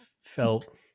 felt